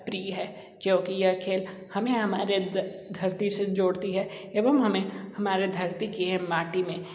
प्रिय है क्योंकि यह खेल हमें हमारे ध धरती से जोड़ती है एवं हमें हमारे धरती के यह माटी में